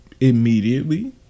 immediately